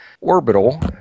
Orbital